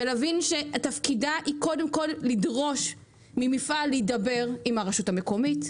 ולהבין שתפקידה הוא קודם כל לדרוש מהמפעל להידבר עם הרשות המקומית,